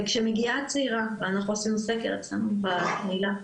וכשמגיעה צעירה ואנחנו עשינו סקר אצלנו בקהילה,